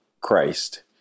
Christ